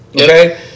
okay